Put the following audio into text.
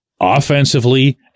offensively